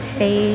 say